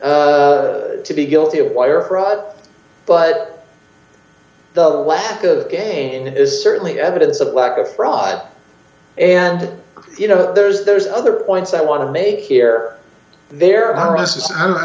n to be guilty of wire fraud but the lack of gain is certainly evidence of lack of fraud and you know there's there's other points i want to make here there